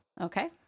okay